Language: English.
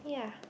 yeah